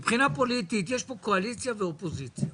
מבחינה פוליטית יש פה קואליציה ואופוזיציה,